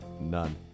None